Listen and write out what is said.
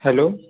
hello